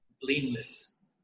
blameless